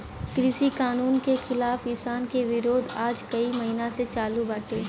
कृषि कानून के खिलाफ़ किसान के विरोध आज कई महिना से चालू बाटे